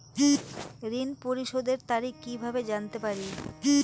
ঋণ পরিশোধের তারিখ কিভাবে জানতে পারি?